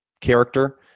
character